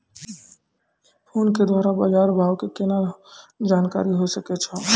Phone के द्वारा बाज़ार भाव के केना जानकारी होय सकै छौ?